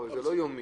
הרי זה לא יומי?